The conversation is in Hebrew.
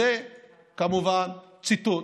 זה כמובן ציטוט